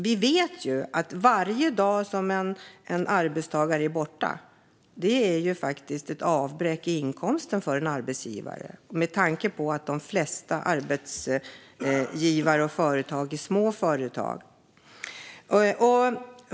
Vi vet att varje dag som en arbetstagare är borta är ett avbräck i inkomsten för en arbetsgivare med tanke på att de flesta arbetsgivare är små företag.